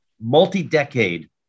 multi-decade